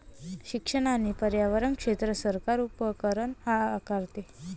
शिक्षण आणि पर्यावरण क्षेत्रात सरकार उपकर आकारते